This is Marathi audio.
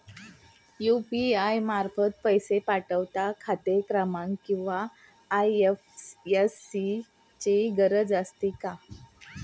यु.पी.आय मार्फत पैसे पाठवता खाते क्रमांक किंवा आय.एफ.एस.सी ची गरज असते का?